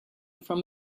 from